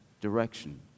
direction